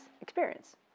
experience